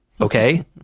okay